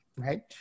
Right